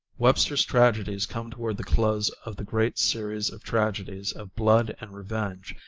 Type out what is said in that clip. webster's tragedies come toward the close of the great series of tragedies of blood and revenge,